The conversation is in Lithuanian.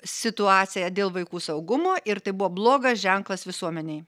situaciją dėl vaikų saugumo ir tai buvo blogas ženklas visuomenei